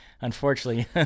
unfortunately